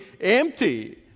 empty